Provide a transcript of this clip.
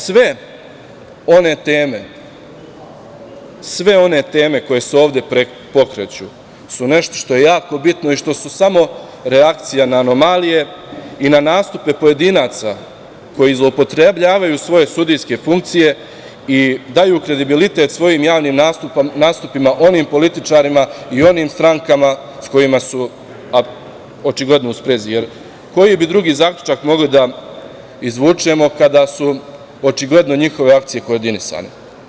Sve one teme koje se ovde pokreću su nešto što je jako bitno i što su samo reakcija na anomalije i na nastupe pojedinaca koji zloupotrebljavaju svoje sudijske funkcije i daju kredibilitet svojim javnim nastupima onim političarima i onim strankama s kojima su, očigledno, u sprezi, jer koji bi drugi zaključak mogli da izvučemo kada su očigledno njihove akcije koordinisane.